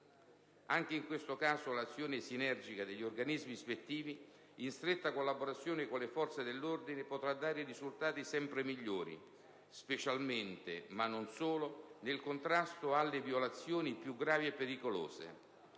Anche in questo caso l'azione sinergica degli organismi ispettivi, in stretta collaborazione con le forze dell'ordine, potrà dare risultati sempre migliori, specialmente, ma non solo, nel contrasto alle violazioni più gravi e pericolose.